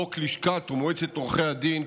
חוק לשכת מועצת עורכי הדין,